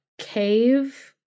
cave